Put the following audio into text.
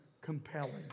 compelling